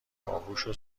باهوشو